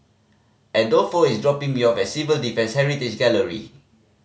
Adolfo is dropping me off at Civil Defence Heritage Gallery